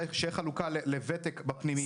שתהיה חלוקה לוותק בפנימייה.